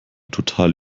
total